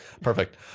perfect